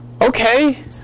okay